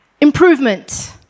improvement